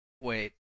Wait